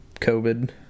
COVID